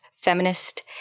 feminist